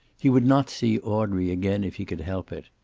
he would not see audrey again if he could help it.